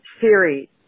Siri